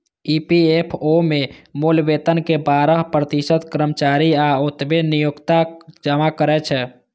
EPFO मे मूल वेतन के बारह प्रतिशत कर्मचारी आ ओतबे नियोक्ता जमा करै छै